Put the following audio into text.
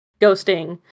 ghosting